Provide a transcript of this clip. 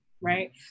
right